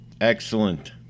Excellent